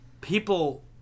People